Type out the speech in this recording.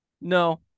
No